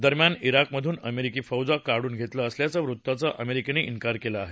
दरम्यान ज्ञाकमधून अमेरिकी फौजा काढून घेतल असल्याच्या वृत्ताचा अमेरिकेनं ज्ञकार केला आहे